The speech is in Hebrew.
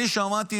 אני שמעתי